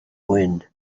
wind